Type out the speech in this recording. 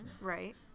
Right